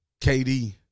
KD